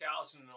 2011